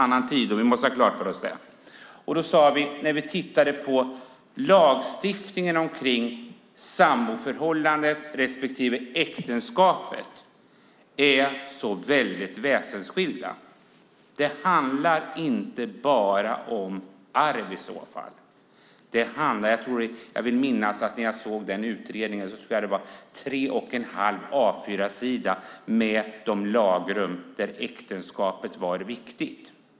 Vi måste ha klart för oss att det var en annan tid då. Lagstiftningen om samboförhållandet respektive äktenskapet är så väsensskilda. Det handlar inte bara om arv. Jag vill minnas att det i utredningen var tre och en halv A4-sidor med lagrum där äktenskapet var viktigt.